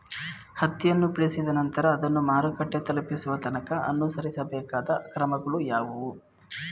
ಹತ್ತಿಯನ್ನು ಬಿಡಿಸಿದ ನಂತರ ಅದನ್ನು ಮಾರುಕಟ್ಟೆ ತಲುಪಿಸುವ ತನಕ ಅನುಸರಿಸಬೇಕಾದ ಕ್ರಮಗಳು ಯಾವುವು?